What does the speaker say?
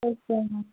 okay ma'am